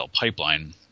pipeline